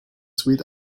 sweet